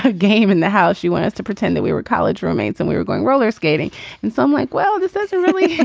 ah game in the house you want us to pretend that we were college roommates and we were going roller skating and so i'm like well this doesn't really